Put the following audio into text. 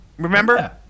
Remember